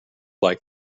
like